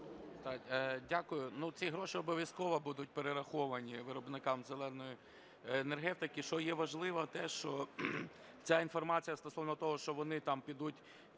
Дякую. Ці гроші обов'язково будуть перераховані виробникам "зеленої" енергетики. Що є важливо, що ця інформація стосовно того, що вони там підуть